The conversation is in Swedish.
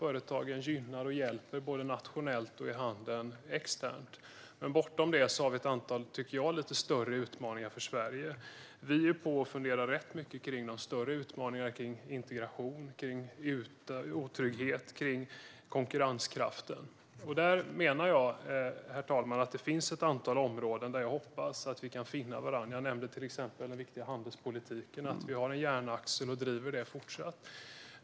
Det gynnar företagen och hjälper både nationellt och i handeln externt. Men bortom det har vi ett antal lite större utmaningar för Sverige. Vi funderar rätt mycket på de större utmaningarna med integration, otrygghet och konkurrenskraften. Där finns ett antal områden där jag hoppas att vi kan finna varandra. Jag nämnde till exempel den viktiga handelspolitiken, att vi har en järnaxel och driver det fortsatt.